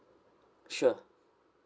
sure